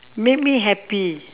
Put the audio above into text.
make me happy